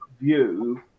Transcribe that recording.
view